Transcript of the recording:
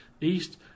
east